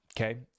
okay